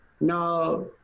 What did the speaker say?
Now